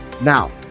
Now